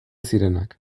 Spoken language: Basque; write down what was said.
zirenak